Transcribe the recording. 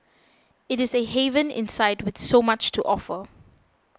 it is a haven inside with so much to offer